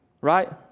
right